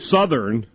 Southern